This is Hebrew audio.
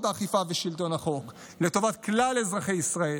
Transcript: האכיפה ושלטון החוק לטובת כלל אזרחי ישראל.